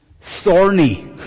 thorny